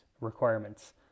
requirements